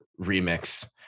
remix